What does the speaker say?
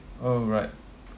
alright